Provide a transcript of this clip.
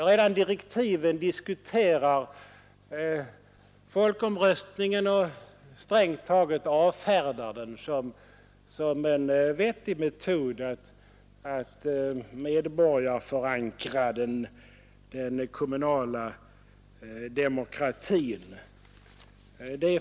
Redan i direktiven avfärdas strängt taget folkomröstningen som en vettig metod att medborgarförankra den kommunala demokratin.